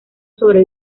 sobre